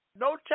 no